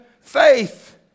faith